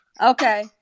Okay